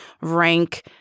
rank